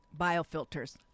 biofilters